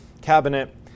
cabinet